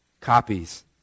copies